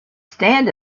stand